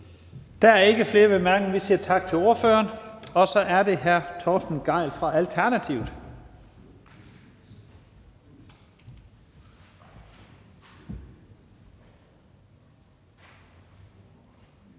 Der er ikke flere korte bemærkninger. Vi siger tak til ordføreren. Så er det hr. Torsten Gejl fra Alternativet.